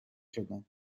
شدم